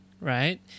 right